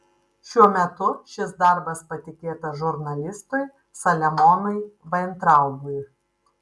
šiuo metu šis darbas patikėtas žurnalistui saliamonui vaintraubui